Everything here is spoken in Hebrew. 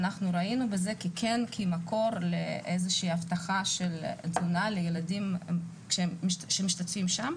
אנחנו ראינו בזה מקור לאיזו שהיא הבטחה של תזונה לילדים שמשתתפים שם.